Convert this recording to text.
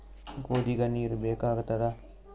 ಗೋಧಿಗ ನೀರ್ ಬೇಕಾಗತದ?